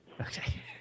Okay